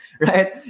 right